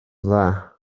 dda